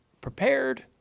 prepared